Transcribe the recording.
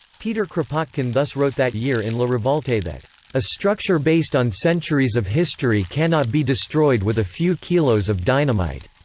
peter kropotkin thus wrote that year in le revolte that a structure based on centuries of history cannot be destroyed with a few kilos of dynamite.